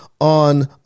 on